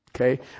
okay